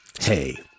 Hey